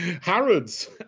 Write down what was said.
Harrods